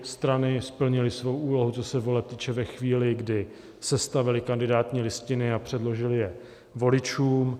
Strany splnily svou úlohu, co se voleb týče, ve chvíli, kdy sestavily kandidátní listiny a předložily je voličům.